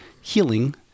healing